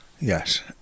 yes